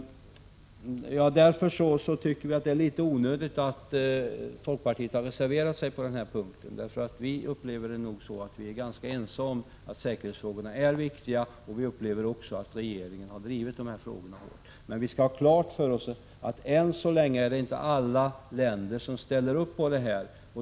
Därför tycker vi att det är litet onödigt att folkpartiet har reserverat sig på den här punkten. Som jag upplever det, är vi ganska ense om att säkerhetsfrågorna är viktiga, och jag upplever också att regeringen har drivit de här frågorna hårt. Men vi skall ha klart för oss att än så länge ställer inte alla länder upp på det här.